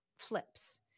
flips